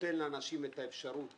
נותנים לאנשים את האפשרות